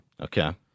Okay